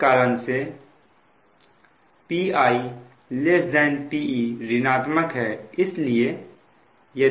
इसी कारण से Pi Pe ऋणात्मक है